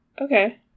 Okay